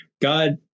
God